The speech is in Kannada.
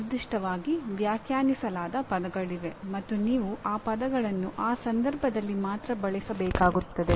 ನಿರ್ದಿಷ್ಟವಾಗಿ ವ್ಯಾಖ್ಯಾನಿಸಲಾದ ಪದಗಳಿವೆ ಮತ್ತು ನೀವು ಆ ಪದಗಳನ್ನು ಆ ಸಂದರ್ಭದಲ್ಲಿ ಮಾತ್ರ ಬಳಸಬೇಕಾಗುತ್ತದೆ